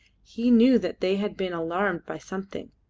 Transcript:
he knew that they had been alarmed by something,